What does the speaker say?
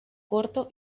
corto